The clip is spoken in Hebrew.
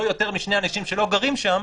לא יותר משני אנשים שלא גרים שם,